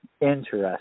interesting